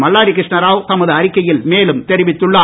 மல்லாடி கிருஷ்ணராவ் தமது அறிக்கையில் மேலும் தெரிவித்துள்ளார்